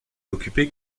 occupé